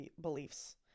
beliefs